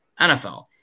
NFL